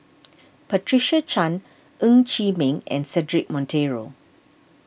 Patricia Chan Ng Chee Meng and Cedric Monteiro